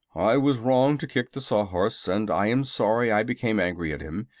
i was wrong to kick the sawhorse, and i am sorry i became angry at him.